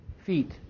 feet